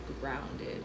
grounded